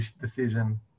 decision